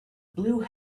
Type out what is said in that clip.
blue